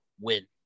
win